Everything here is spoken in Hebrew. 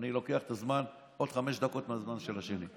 אני לוקח את הזמן, עוד חמש דקות מהזמן של השני.